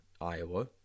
Iowa